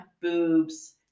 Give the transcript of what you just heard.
boobs